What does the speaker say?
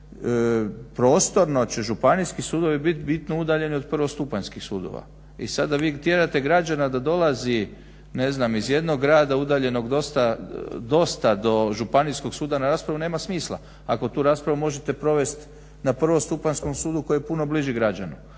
prostorno će županijski sudovi bit bitno udaljeni od prvostupanjskih sudova i sada vi tjerate građana da dolazi iz jednog grada udaljenog dosta do Županijskog suda na raspravu nema smisla ako tu raspravu možete provest na prvostupanjskom sudu koji je puno bliži građaninu.